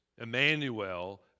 Emmanuel